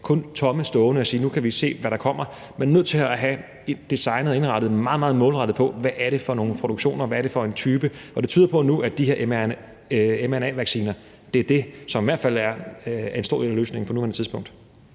fabrikker stående og sige, at nu ser vi, hvad der kommer; man er nødt til at have designet indrettet meget, meget målrettet til, hvad det er for nogle produktioner, og hvad det er for en type. Det tyder på nu, at de her mRNA-vacciner i hvert fald er en stor del af løsningen på nuværende tidspunkt.